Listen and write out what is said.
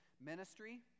ministry